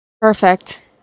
Perfect